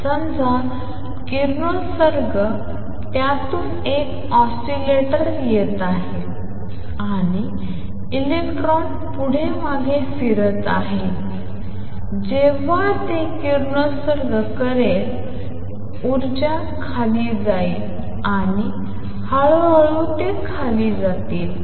समजा किरणोत्सर्जन त्यातून एक ऑसिलेटर येत आहे आणि इलेक्ट्रॉन पुढे मागे फिरत आहे जेव्हा ते किरणोत्सर्ग करेल ऊर्जा खाली जाईल आणि हळू हळू ते खाली जाईल